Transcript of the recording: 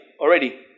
already